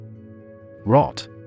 Rot